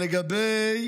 לגבי